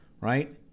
right